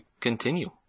continue